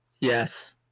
Yes